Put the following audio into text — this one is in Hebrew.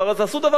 עשו דבר אחד.